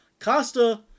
Costa